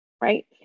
right